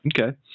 Okay